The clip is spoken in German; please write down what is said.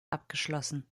abgeschlossen